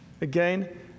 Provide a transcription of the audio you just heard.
Again